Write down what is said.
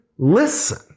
Listen